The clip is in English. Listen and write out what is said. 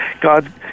God